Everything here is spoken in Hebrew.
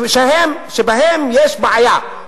שבהם יש בעיה.